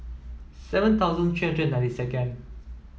seven thousand three hundred and ninety second